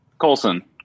Colson